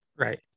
right